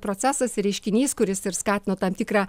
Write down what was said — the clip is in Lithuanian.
procesas reiškinys kuris ir skatino tam tikrą